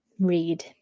read